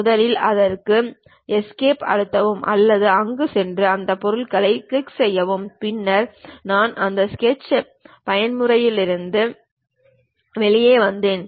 முதலில் அதற்கு எஸ்கேப் அழுத்தவும் அல்லது அங்கு சென்று அந்த பொருளைக் கிளிக் செய்யவும் பின்னர் நான் அந்த ஸ்கெட்ச் பயன்முறையிலிருந்து வெளியே வந்தேன்